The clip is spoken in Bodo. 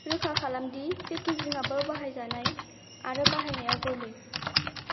रोखा खालामदि पेकेजिंआबो बाहाइजानाय आरो बाहायनायाव गोर्लै